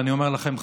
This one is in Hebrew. ואני אומר לכם,